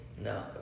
No